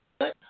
good